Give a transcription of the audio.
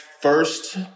first